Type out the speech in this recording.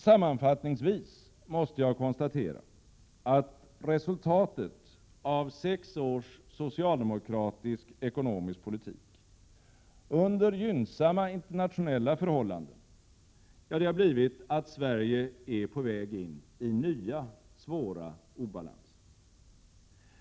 Sammanfattningsvis måste jag konstatera att resultatet av sex års socialdemokratisk ekonomisk politik — under gynnsamma internationella förhållanden — har blivit att Sverige är på väg in i nya svåra obalanser.